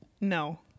No